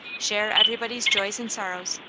share everybody's joys and sorrows,